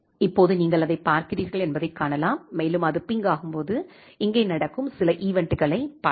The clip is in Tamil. இப்போது நீங்கள் அதைப் பார்க்கிறீர்கள் என்பதைக் காணலாம் மேலும் அது பிங் ஆகும்போது இங்கே நடக்கும் சில ஈவென்ட்களைப் பார்ப்போம்